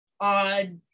odd